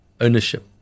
ownership